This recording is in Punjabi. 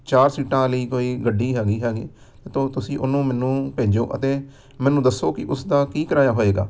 ਚਾਰ ਸੀਟਾਂ ਵਾਲੀ ਕੋਈ ਗੱਡੀ ਹੈਗੀ ਹੈਗੀ ਤੋ ਤੁਸੀਂ ਉਹਨੂੰ ਮੈਨੂੰ ਭੇਜੋ ਅਤੇ ਮੈਨੂੰ ਦੱਸੋ ਕਿ ਉਸ ਦਾ ਕੀ ਕਿਰਾਇਆ ਹੋਵੇਗਾ